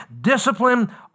discipline